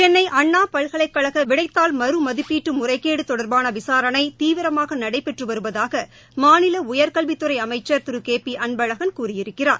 சென்னை அண்ணா பல்கலைக்கழக விடைத்தாள் மறு மதிப்பீட்டு முறைகேடு தொடர்பான விசாரணை தீவிரமாக நடைபெற்று வருவதாக மாநில உயர்கல்வித்துறை அமைச்சர் திரு கே பி அன்பழகன் கூறியிருக்கிறார்